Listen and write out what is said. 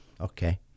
Okay